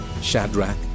Shadrach